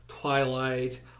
Twilight